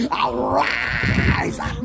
arise